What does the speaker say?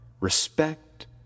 respect